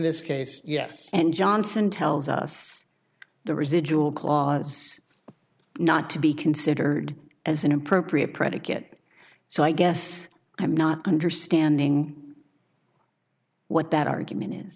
this case yes and johnson tells us the residual clause not to be considered as an appropriate predicate so i guess i'm not going to standing what that argument is